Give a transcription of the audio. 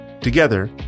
Together